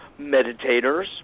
meditators